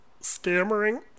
stammering